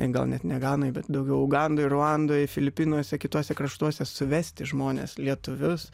ne gal net ne ganoj bet daugiau ugandoj ruandoj filipinuose kituose kraštuose suvesti žmones lietuvius